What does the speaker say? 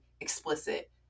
explicit